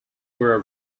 were